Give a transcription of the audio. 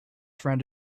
friend